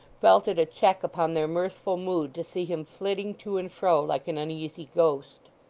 felt it a check upon their mirthful mood to see him flitting to and fro like an uneasy ghost.